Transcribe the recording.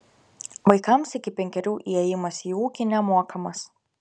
vaikams iki penkerių įėjimas į ūkį nemokamas